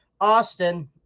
Austin